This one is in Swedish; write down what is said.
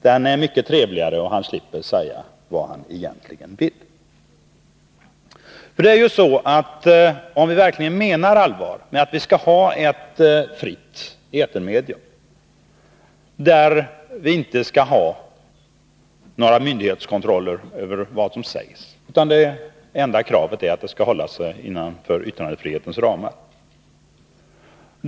Den är mycket trevligare, och han slipper säga vad han egentligen vill. Vi menar ju allvar med att vi skall ha ett fritt etermedium, där vi inte skall ha någon myndighetskontroll över vad som sägs utan där det enda kravet är att man skall hålla sig inom yttrandefrihetens ramar.